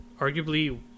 arguably